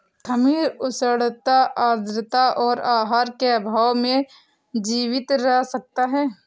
खमीर उष्णता आद्रता और आहार के अभाव में जीवित रह सकता है